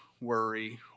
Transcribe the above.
worry